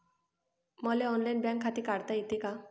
मले online bank खाते काढता येते का?